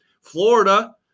Florida